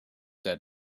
said